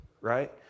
right